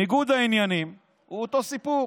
ניגוד העניינים הוא אותו סיפור.